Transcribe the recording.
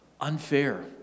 unfair